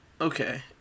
Okay